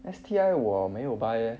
S_T_I 我没有 buy eh